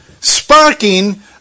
sparking